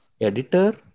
editor